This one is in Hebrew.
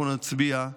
אנחנו נצביע,